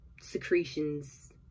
secretions